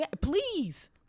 please